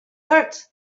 hurt